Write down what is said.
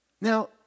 Now